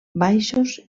baixos